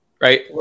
Right